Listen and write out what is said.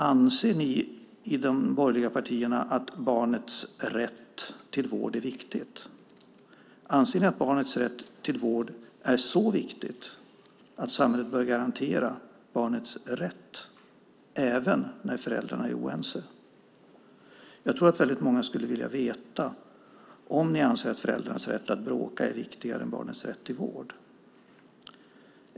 Anser ni i de borgerliga partierna att barnets rätt till vård är viktig? Anser ni att barnets rätt till vård är så viktig att samhället bör garantera barnets rätt även när föräldrarna är oense? Jag tror att många skulle vilja veta om ni anser att föräldrarnas rätt att bråka är viktigare än barnens rätt till vård.